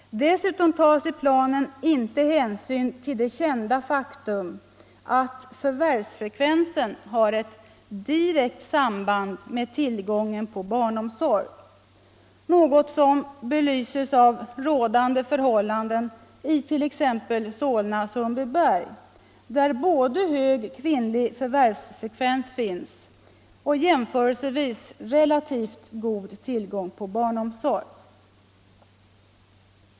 Dessutom tas i planen inte hänsyn till det kända faktum att förvärvsfrekvensen har ett direkt samband med tillgången på barnomsorg, något som belyses av rådande förhållanden i t.ex. Solna-Sundbyberg, där det finns både hög kvinnlig förvärvsfrekvens och jämförelsevis god tillgång på barnomsorg.